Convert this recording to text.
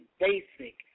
basic